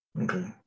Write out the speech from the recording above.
Okay